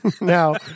Now